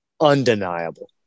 undeniable